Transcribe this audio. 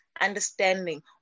understanding